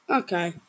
okay